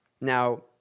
Now